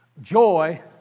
Joy